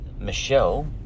Michelle